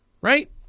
Right